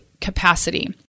capacity